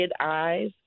eyes